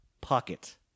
Pocket